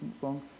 song